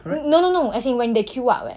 no no no as in when they queue up eh